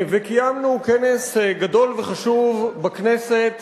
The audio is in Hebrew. וקיימנו כנס גדול וחשוב בכנסת